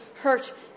hurt